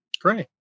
Great